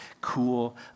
cool